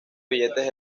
billetes